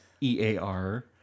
E-A-R